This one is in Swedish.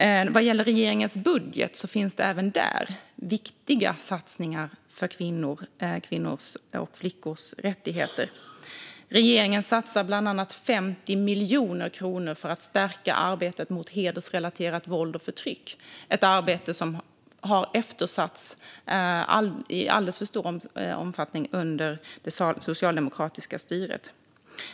Även i regeringens budget finns viktiga satsningar för kvinnors och flickors rättigheter. Bland annat satsar regeringen 50 miljoner kronor på att stärka arbetet mot hedersrelaterat våld och förtryck - ett arbete som var alltför eftersatt under det socialdemokratiska styret.